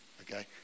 Okay